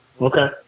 Okay